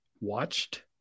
watched